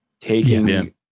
taking